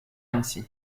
annecy